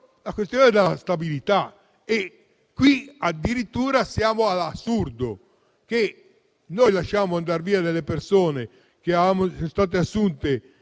la questione della stabilità. Qui, addirittura, siamo all’assurdo. Noi lasciamo andar via delle persone che, assunte